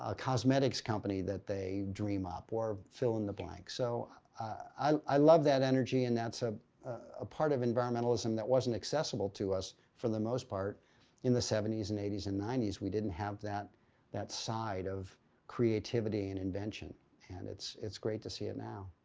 ah cosmetics company that they dream up or fill in the blank. so i love that energy and that's a ah part of environmentalism that wasn't accessible to us for the most part in the seventy s and eighty s and ninety s. we didn't have that that side of creativity and invention and it's it's great to see it now.